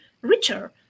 richer